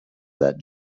that